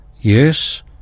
Yes